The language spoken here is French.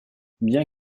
bien